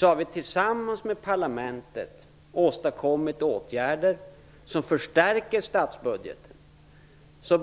har vi tillsammans med parlamentet åstadkommit åtgärder som förstärker statsbudgeten.